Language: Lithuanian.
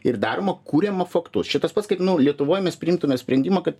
ir daroma kuriama faktus čia tas pats kaip lietuvoj mes priimtume sprendimą kad